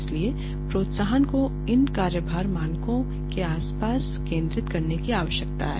इसलिए प्रोत्साहन को इन कार्यभार मानकों के आसपास केंद्रित करने की आवश्यकता है